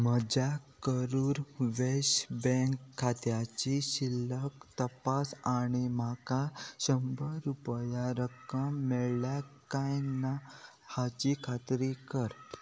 म्हज्या करूर व्यास्या बँक खात्याची शिल्लक तपास आनी म्हाका शंबर रुपया रक्कम मेळ्ळ्या काय ना हाची खात्री कर